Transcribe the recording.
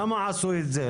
למה עשו את זה?